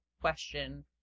question